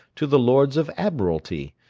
to the lords of admiralty,